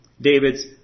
David's